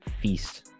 feast